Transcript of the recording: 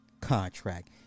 contract